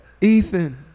Ethan